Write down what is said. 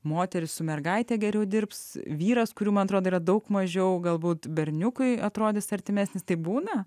moteris su mergaite geriau dirbs vyras kurių man atrodo yra daug mažiau galbūt berniukui atrodys artimesnis taip būna